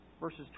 verses